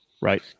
right